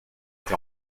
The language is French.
été